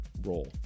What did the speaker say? roll